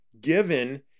given